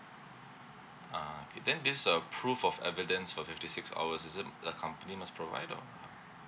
ah okay then this err proof of evidence for fifty six hours is it the company must provide or uh